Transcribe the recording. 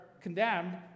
condemned